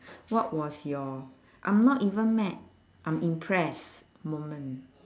what was your I'm not even mad I'm impressed moment